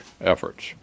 efforts